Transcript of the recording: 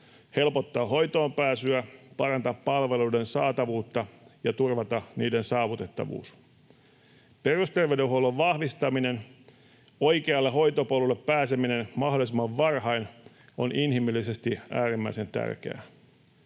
helpottaa hoitoon pääsyä, parantaa palveluiden saatavuutta ja turvata niiden saavutettavuus. Perusterveydenhuollon vahvistaminen, oikealle hoitopolulle pääseminen mahdollisimman varhain, on inhimillisesti äärimmäisen tärkeää.